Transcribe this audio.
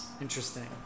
interesting